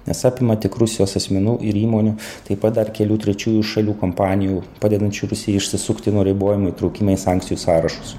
nes apima tik rusijos asmenų ir įmonių taip pat dar kelių trečiųjų šalių kompanijų padedančių rusijai išsisukti nuo ribojimų įtraukimą į sankcijų sąrašus